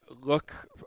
look